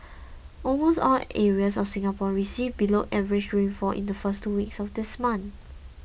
almost all areas of Singapore received below average rainfall in the first two weeks of this month